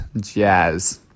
jazz